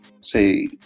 say